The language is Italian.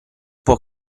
può